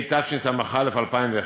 התשס"א 2001,